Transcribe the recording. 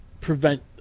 prevent